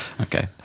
Okay